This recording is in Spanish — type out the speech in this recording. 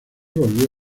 volvió